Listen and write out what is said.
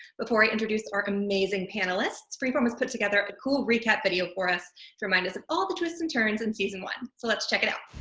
before i introduce our amazing panelists. freeform has put together a cool recap video for us to remind us of all the twists and turns in season one. so let's check it out.